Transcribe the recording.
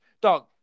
dog